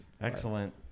Excellent